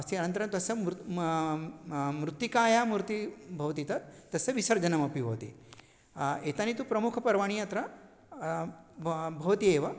अस्य अनन्तरं तस्य मृत् म मृत्तिकायाः मूर्ति भवति तत् तस्य विसर्जनमपि भवति एतानि तु प्रमुखपर्वाणि अत्र ब भवति एव